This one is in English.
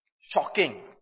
shocking